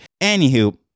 anywho